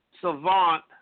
savant